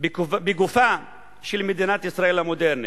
בגופה של מדינת ישראל המודרנית.